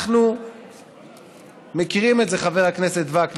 אנחנו מכירים את זה, חבר הכנסת וקנין,